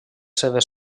seves